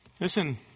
Listen